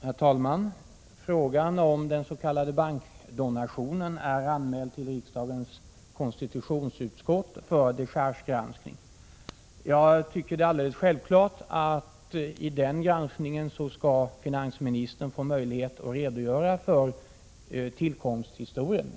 Herr talman! Frågan om den s.k. bankdonationen är anmäld till riksdagens konstitutionsutskott för dechargegranskning. Jag tycker att det är alldeles självklart att finansministern vid den granskningen skall få möjlighet att redogöra för tillkomsthistorien.